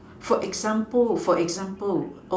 for example for example